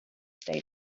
state